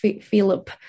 Philip